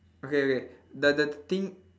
okay okay the the thing